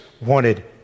wanted